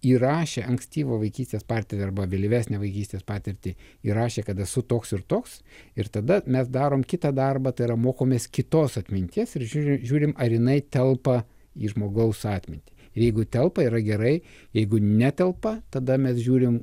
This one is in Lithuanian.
įrašė ankstyvą vaikystės patirtį arba vėlyvesnę vaikystės patirtį įrašė kad esu toks ir toks ir tada mes darom kitą darbą tai yra mokomės kitos atminties ir žiūrim žiūrim ar jinai telpa į žmogaus atmintį jeigu telpa yra gerai jeigu netelpa tada mes žiūrim